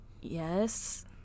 yes